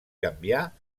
canviar